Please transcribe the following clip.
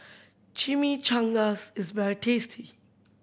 Chimichangas is very tasty